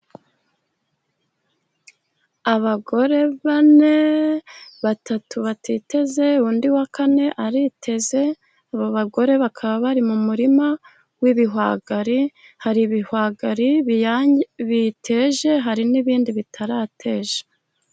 Abagore bane batatu batiteze undi wa kane ariteze, ab'abagore bakaba bari mu murima w'ibihwagari, har'ibihwagari biteje, hari n'ibindi bitarateja.